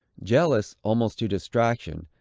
jealous, almost to distraction,